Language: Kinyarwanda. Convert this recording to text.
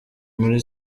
muri